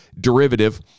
derivative